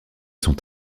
sont